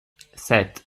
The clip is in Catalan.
set